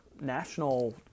national